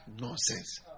nonsense